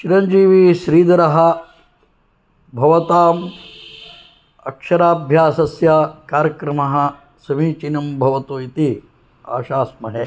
चिरञ्जिविश्रीधरः भवताम् अक्षराभ्यासस्य कार्यक्रमः समीचीनं भवतु इति आशास्महे